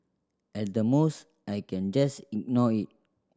at the most I can just ignore it